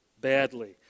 badly